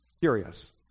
Curious